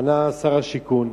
ענה שר השיכון.